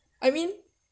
I mean